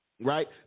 Right